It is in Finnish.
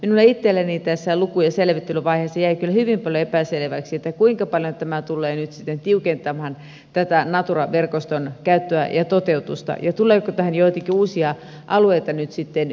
minulle itselleni tässä lukujen selvittelyvaiheessa jäi kyllä hyvin paljon epäselväksi kuinka paljon tämä tulee nyt sitten tiukentamaan tätä natura verkoston käyttöä ja toteutusta ja tuleeko tähän joitakin uusia alueita nyt sitten